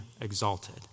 exalted